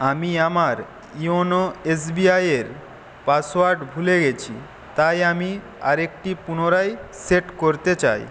আমি আমার YONO S B I এর পাসওয়ার্ড ভুলে গেছি তাই আমি আরেকটি পুনরায় সেট করতে চাই